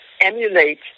emulate